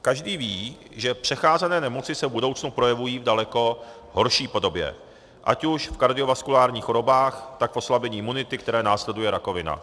Každý ví, že přecházené nemoci se v budoucnu projevují v daleko horší podobě, ať už v kardiovaskulárních chorobách, tak v oslabení imunity, které následuje rakovina.